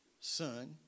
son